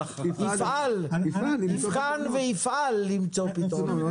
יבחן ויפעל למצוא פתרונות.